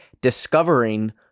discovering